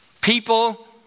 People